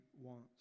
wants